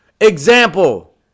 Example